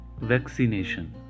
Vaccination